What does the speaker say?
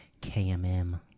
KMM